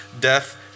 death